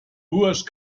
burj